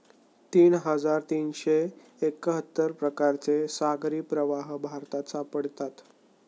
तीन हजार तीनशे एक्काहत्तर प्रकारचे सागरी प्रवाह भारतात सापडतात